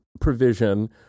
provision